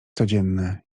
codzienne